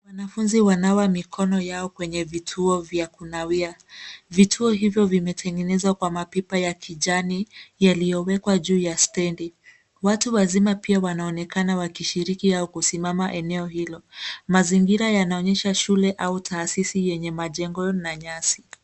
Wanafunzi wananawa mikono yao kwenye vituo vya kunawia, vituo hivyo vimetengenezwa kwa mapipa ya kijani yaliyowekwa juu ya stendi. Watu wazima pia wanaonekana wakishiriki au kusimama eneo hilo. Mazingira yanaoshesha shule au taasisi yenye majengo na nyasi.